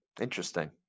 Interesting